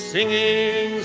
Singing